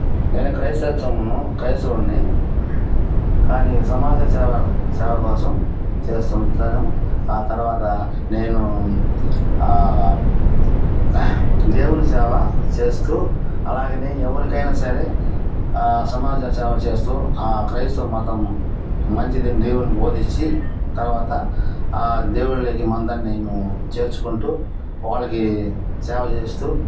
నేను క్రైస్తత్వమును క్రైస్తవుడిని కానీ సమాజ సేవ సేవ కోసం చేస్తూ ఉంటాను ఆ తర్వాత నేను దేవుని సేవ చేస్తూ అలాగనే ఎవరికైనా సరే సమాజ సేవ చేస్తూ ఆ క్రైస్తవ మతం మంచిదని దేవుని బోధించి తర్వాత ఆ దేవుళ్ళకి మందిని చేర్చుకుంటూ వాళ్ళకి సేవ చేస్తూ